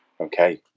okay